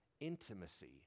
intimacy